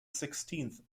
sixteenth